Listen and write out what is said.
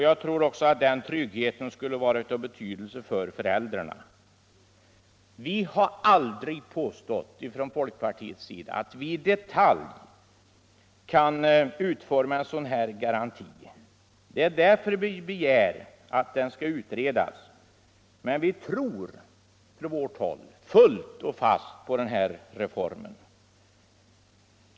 Jag tror också att den tryggheten skulle vara av betydelse för föräldrarna. Vi har från folkpartiet aldrig påstått att vi i detalj vet hur en sådan här garanti skall utformas. Det är därför vi begär att den skall utredas. Men vi tror fullt och fast på reformen som sådan.